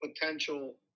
potential